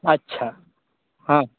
अच्छा हँ